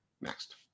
next